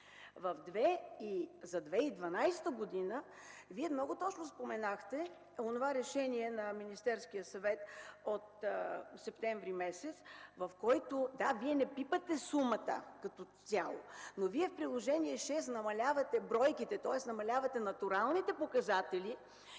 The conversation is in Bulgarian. За 2012 г. (Вие много точно споменахте онова решение на Министерския съвет от месец септември) – да, Вие не пипате сумата като цяло, но в Приложение № 6 намалявате бройките, тоест намалявате натуралните показатели